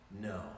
no